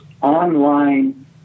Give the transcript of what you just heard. online